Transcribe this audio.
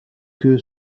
que